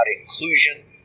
inclusion